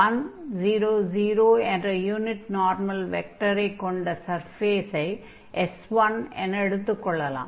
1 0 0 என்ற unit normal வெக்டரை கொண்ட சர்ஃபேஸை S1 என எடுத்துக் கொள்ளலாம்